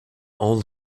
all